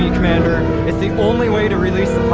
commander! it's the only way to release